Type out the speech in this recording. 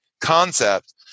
concept